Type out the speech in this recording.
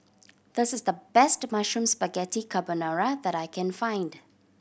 this is the best Mushroom Spaghetti Carbonara that I can find